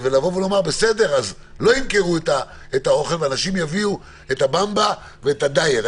אז לא ימכרו את האוכל, ואנשים יביאו במבה ודיאט.